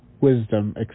wisdom